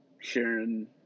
sharing